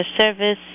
service